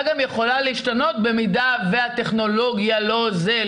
גם יכולה להשתנות במידה והטכנולוגיה לא זה,